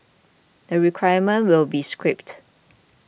the requirement will be scrapped